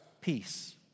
peace